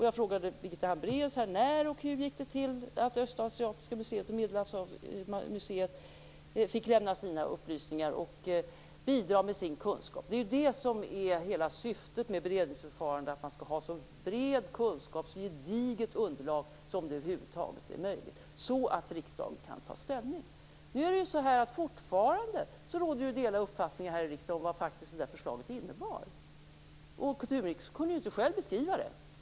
Jag frågade Birgitta Hambraeus: När och hur fick Östasiatiska museet och Medelhavsmuseet lämna sina upplysningar och bidra med sin kunskap? Det är ju det som är hela syftet med beredningsförfarande. Man skall ha så bred kunskap, så gediget underlag som det över huvud taget är möjligt, så att riksdagen kan ta ställning. Nu råder det ju fortfarande delade uppfattningar här i riksdagen om vad det här förslaget faktiskt innebar. Kulturministern kunde ju inte själv beskriva det.